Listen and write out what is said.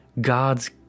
God's